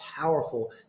powerful